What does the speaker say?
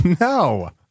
no